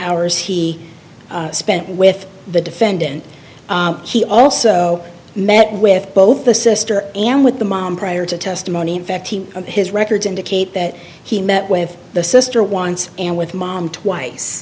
hours he spent with the defendant he also met with both the sister and with the mom prior to testimony in fact his records indicate that he met with the sister once and with mom twice